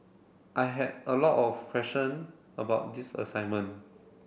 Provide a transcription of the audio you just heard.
I had a lot of question about this assignment